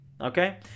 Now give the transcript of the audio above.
Okay